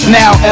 now